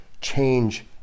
change